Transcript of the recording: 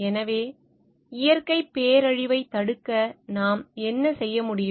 எனவே இயற்கை பேரழிவைத் தடுக்க நாம் என்ன செய்ய முடியும்